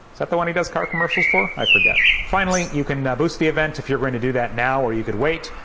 is that the one he does car commercials for? i forget. finally, you can boost the event if you're going to do that now or you could wait.